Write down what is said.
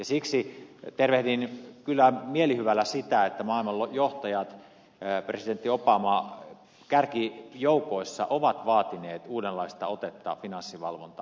siksi tervehdin kyllä mielihyvällä sitä että maailman johtajat presidentti obama kärkijoukoissa ovat vaatineet uudenlaista otetta finanssivalvontaan